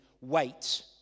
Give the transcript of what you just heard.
wait